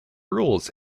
rules